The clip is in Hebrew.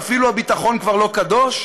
שאפילו הביטחון כבר לא קדוש?